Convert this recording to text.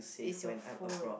is your phone